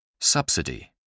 Subsidy